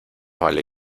vale